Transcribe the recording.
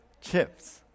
chips